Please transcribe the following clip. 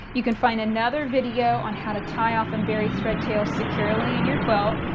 you can find another video on how to tie off and bury thread tails securely in your quilt.